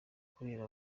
kubera